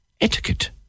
etiquette